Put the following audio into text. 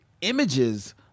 images